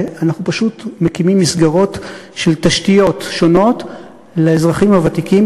אנחנו פשוט מקימים מסגרות של תשתיות שונות לאזרחים הוותיקים,